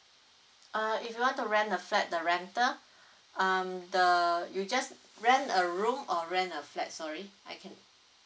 uh if you want to rent a flat the rental um the you just rent a room or rent a flat sorry I can